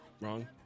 wrong